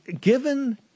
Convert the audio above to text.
Given